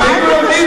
אם היינו יודעים,